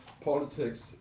politics